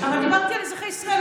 אבל דיברתי על אזרחי ישראל,